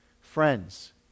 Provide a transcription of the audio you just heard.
Friends